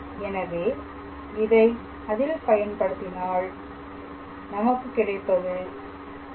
எனவே இதை அதில் பயன்படுத்தினால் எனவே நமக்கு கிடைப்பது 2